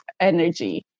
energy